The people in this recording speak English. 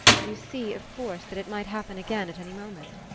you see of course that it might happen again at any moment.